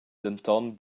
denton